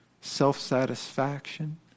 self-satisfaction